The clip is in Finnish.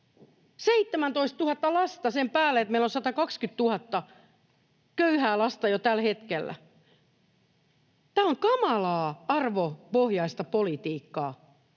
17 000 lasta sen päälle, että meillä on 120 000 köyhää lasta jo tällä hetkellä. Tämä on kamalaa arvopohjaista politiikkaa.